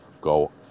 go